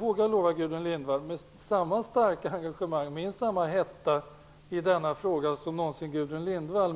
vågar lova att vi arbetar med samma starka engagemang och med minst samma hetta för denna fråga som någonsin Gudrun Lindvall.